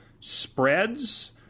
Spreads